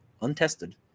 untested